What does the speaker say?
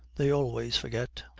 they always forget.